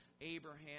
Abraham